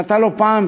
נתן לו פעם,